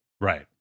right